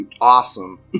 awesome